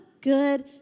good